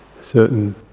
certain